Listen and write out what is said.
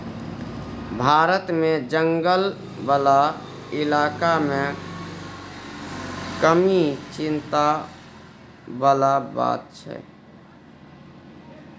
भारत मे जंगल बला इलाका मे कमी चिंता बला बात छै